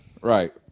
Right